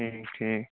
ٹھیٖک ٹھیٖک